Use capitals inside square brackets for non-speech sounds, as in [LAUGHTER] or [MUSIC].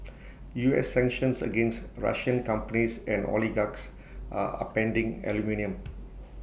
U S sanctions against Russian companies and oligarchs are upending aluminium [NOISE]